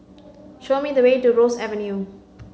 show me the way to Ross Avenue